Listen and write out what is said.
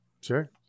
sure